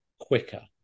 quicker